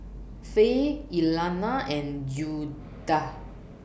Fay Elana and Judah